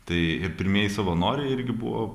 tai ir pirmieji savanoriai irgi buvo